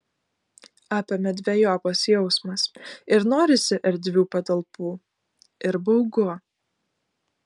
apėmė dvejopas jausmas ir norisi erdvių patalpų ir baugu